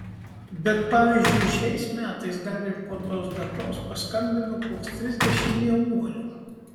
bet pavyzdžiui šiais metais dar ir po tos datos paskambino koks trisdešimt jaunuolių